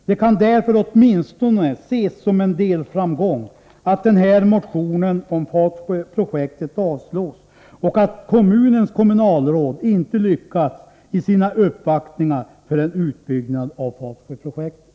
Det kan därför åtminstone ses som en delframgång att den här motionen om Fatsjöprojektet avslås och att kommunens kommunalråd inte lyckats i sina uppvaktningar för en utbyggnad av Fatsjöprojektet.